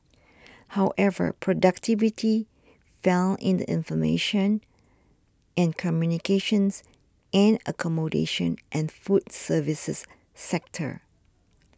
however productivity fell in the information and communications and accommodation and food services sectors